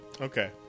Okay